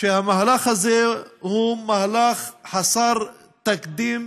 שהמהלך הזה הוא מהלך חסר תקדים